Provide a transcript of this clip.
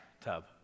Tub